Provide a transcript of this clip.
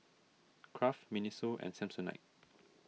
Kraft Miniso and Samsonite